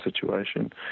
situation